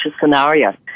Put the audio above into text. scenario